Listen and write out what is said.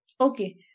okay